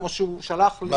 או שהוא שלח לפרטים אחרים.